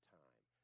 time